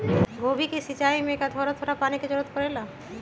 गोभी के सिचाई में का थोड़ा थोड़ा पानी के जरूरत परे ला?